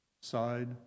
side